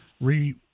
re